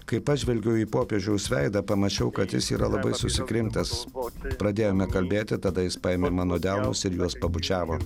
kai pažvelgiau į popiežiaus veidą pamačiau kad jis yra labai susikrimtęs pradėjome kalbėti tada jis paėmė mano delnus ir juos pabučiavo